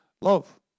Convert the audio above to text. love